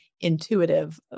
intuitive